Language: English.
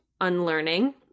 unlearning